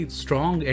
strong